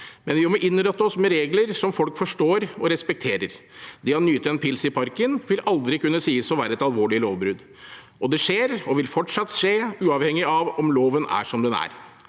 men vi må innrette oss med regler som folk forstår og respekterer. Det å nyte en pils i parken vil aldri kunne sies å være et alvorlig lovbrudd, og det skjer – og vil fortsatt skje – uavhengig av om loven er som den er.